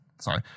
sorry